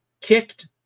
kicked